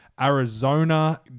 Arizona